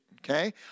Okay